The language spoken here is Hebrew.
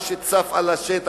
מה שצף על השטח.